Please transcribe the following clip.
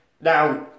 Now